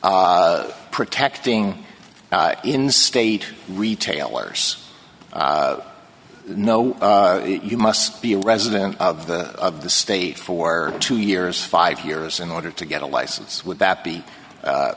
protecting in state retailers no you must be a resident of the of the state for two years five years in order to get a license would that be